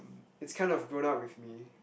it's kind of grown up with me